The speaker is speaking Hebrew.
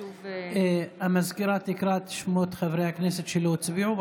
בעד המזכירה תקרא את שמות חברי הכנסת שלא הצביעו,